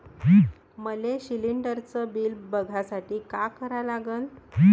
मले शिलिंडरचं बिल बघसाठी का करा लागन?